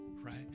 right